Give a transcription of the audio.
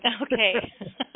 Okay